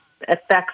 effects